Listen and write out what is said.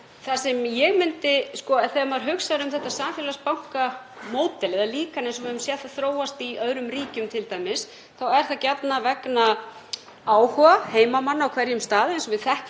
áhuga heimamanna á hverjum stað, eins og við þekkjum hreinlega úr sparisjóðakerfinu eins og það þróaðist í upphafi, þar sem komið er á laggirnar fjármálastofnun sem þjónustar nærumhverfi sitt.